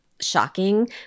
shocking